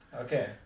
Okay